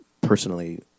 personally